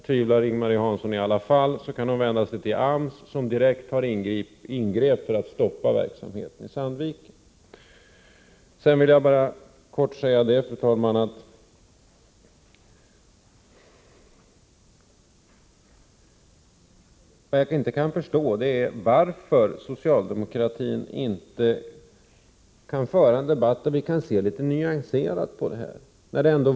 Tvivlar Ing-Marie Hansson i alla fall, så kan hon vända sig till AMS, som direkt ingrep för att stoppa denna verksamhet i Sandviken. Fru talman! Helt kort vill jag säga att det jag inte kan förstå är varför socialdemokratin inte kan föra en debatt där man ser litet nyanserat på saker och ting.